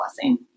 blessing